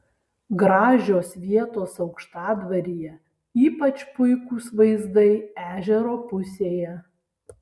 gražios vietos aukštadvaryje ypač puikūs vaizdai ežero pusėje